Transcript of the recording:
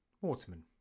waterman